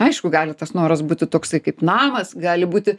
aišku gali tas noras būti toksai kaip namas gali būti